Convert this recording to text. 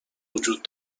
وجود